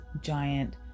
giant